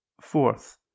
Fourth